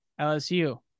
LSU